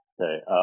Okay